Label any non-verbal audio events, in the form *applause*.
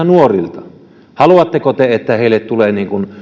*unintelligible* nuorilta haluavatko he että tulee